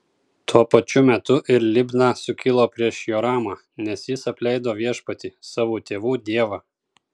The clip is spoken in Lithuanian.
tuo pačiu metu ir libna sukilo prieš joramą nes jis apleido viešpatį savo tėvų dievą